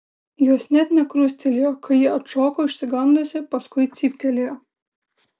jos net nekrustelėjo kai ji atšoko išsigandusi paskui cyptelėjo